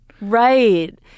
Right